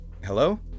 Hello